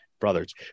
Brothers